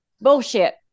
bullshit